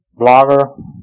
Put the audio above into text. blogger